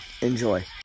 Enjoy